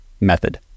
Method